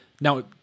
Now